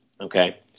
okay